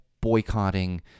boycotting